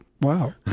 Wow